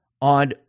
on